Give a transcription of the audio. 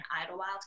Idlewild